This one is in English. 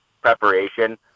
preparation